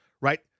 right